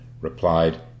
replied